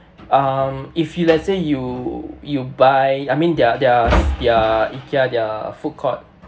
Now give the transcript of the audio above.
um if you let's say you you buy I mean their their their Ikea their food court